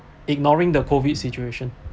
ignoring the COVID situation